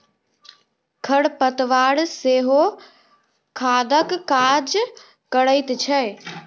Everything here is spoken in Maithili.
खर पतवार सेहो खादक काज करैत छै